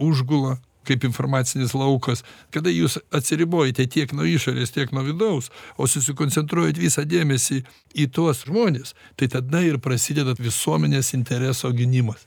užgula kaip informacinis laukas kada jūs atsiribojate tiek nuo išorės tiek nuo vidaus o susikoncentruojat visą dėmesį į tuos žmones tai tada ir prasideda visuomenės intereso gynimas